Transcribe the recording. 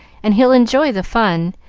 and he'll enjoy the fun,